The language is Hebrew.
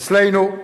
אצלנו,